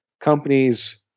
companies